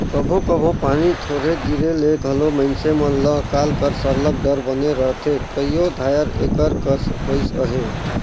कभों कभों पानी थोरहें गिरे ले घलो मइनसे मन ल अकाल कर सरलग डर बने रहथे कइयो धाएर एकर कस होइस अहे